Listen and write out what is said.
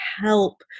help